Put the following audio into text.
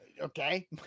Okay